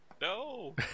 No